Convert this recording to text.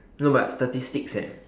no but statistics eh